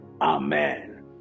Amen